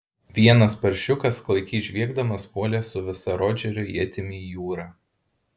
vienas paršiukas klaikiai žviegdamas puolė su visa rodžerio ietimi į jūrą